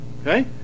Okay